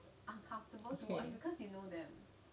okay